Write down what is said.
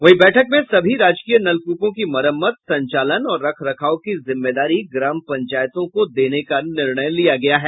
वहीं बैठक में सभी राजकीय नलकूपों की मरम्मत संचालन और रख रखाव की जिम्मेदारी ग्राम पंचायतों को देने का निर्णय लिया गया है